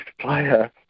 player